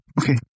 Okay